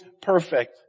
perfect